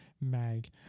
mag